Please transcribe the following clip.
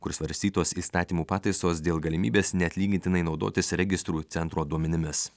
kur svarstytos įstatymų pataisos dėl galimybės neatlygintinai naudotis registrų centro duomenimis